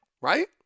Right